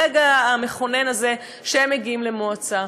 ברגע המכונן הזה כשהם מגיעים למועצה.